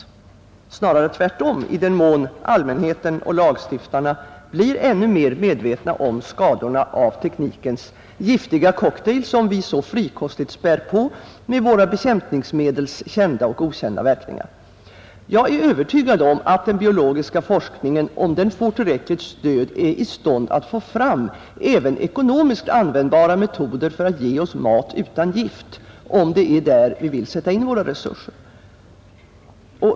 Snarare tvärtom — i den mån allmänheten och lagstiftarna blir ännu mer medvetna om skadorna av teknikens giftiga cocktail, som vi så frikostigt späder på med våra bekämpningsmedels kända och okända verkningar. Jag är övertygad om att den biologiska forskningen, om den får tillräckligt stöd, är i stånd att få fram även ekonomiskt användbara metoder för att ge oss mat utan gift, om det är där vi vill sätta in våra resurser.